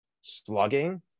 slugging